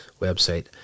website